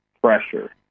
pressure